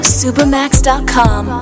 supermax.com